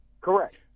Correct